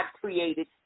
created